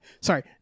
Sorry